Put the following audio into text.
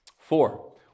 Four